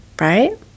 right